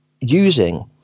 using